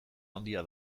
handia